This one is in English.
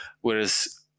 Whereas